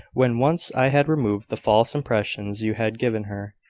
when once i had removed the false impressions you had given her.